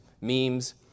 memes